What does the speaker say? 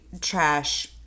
trash